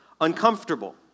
uncomfortable